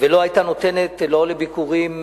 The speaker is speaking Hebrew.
ולא היתה נותנת ביקורים,